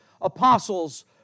apostles